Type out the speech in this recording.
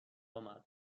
امدبه